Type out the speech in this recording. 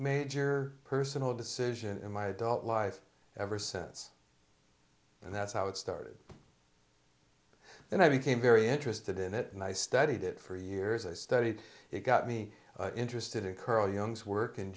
major personal decision in my adult life ever since that's how it started and i became very interested in it and i studied it for years i studied it got me interested in curly young's work in